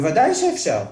בוודאי שאפשר,